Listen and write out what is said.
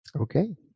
Okay